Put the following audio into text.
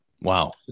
Wow